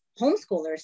homeschoolers